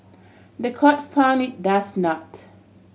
the court found it does not